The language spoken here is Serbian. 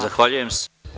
Zahvaljujem se.